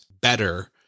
better